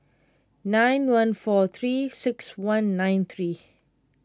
nine one four three six one nine three